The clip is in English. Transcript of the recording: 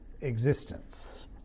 existence